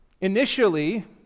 initially